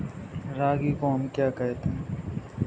रागी को हम क्या कहते हैं?